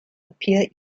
appear